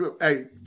hey